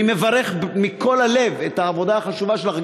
אני מברך מכל הלב על העבודה החשובה שלך,